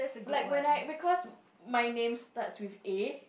like when I because my names starts with A